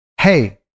hey